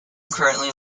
currently